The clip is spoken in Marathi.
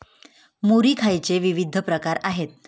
मुरी खायचे विविध प्रकार आहेत